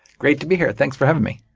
great to be here. thanks for having me.